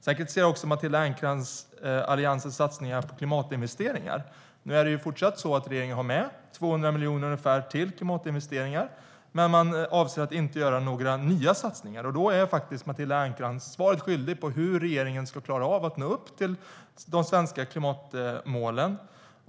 Sedan kritiserar Matilda Ernkrans Alliansens satsningar på klimatinvesteringar. Nu är det ju fortsatt så att regeringen har med ungefär 200 miljoner till klimatinvesteringar, men man avser inte att göra några nya satsningar. Då är faktiskt Matilda Ernkrans svaret skyldig hur regeringen ska klara av att nå upp till de svenska klimatmålen.